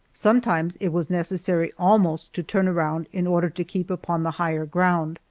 sometimes it was necessary almost to turn around in order to keep upon the higher ground.